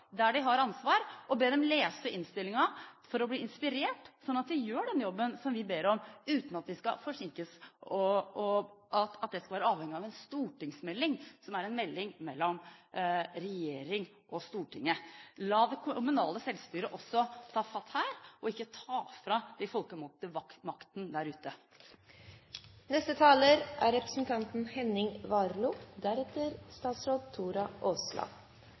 der de har ansvar, og be dem lese innstillingen for å bli inspirert, slik at de gjør den jobben som vi ber om, uten at vi skal forsinkes, og uten at det skal være avhengig av en stortingsmelding, som er en melding mellom regjering og storting. La det kommunale selvstyret også ta fatt i dette, og ikke ta fra de folkevalgte makten der